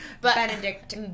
Benedict